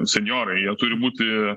senjorai jie turi būti